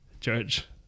George